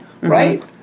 right